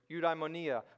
eudaimonia